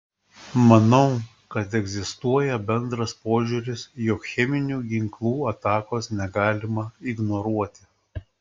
manau kad egzistuoja bendras požiūris jog cheminių ginklų atakos negalima ignoruoti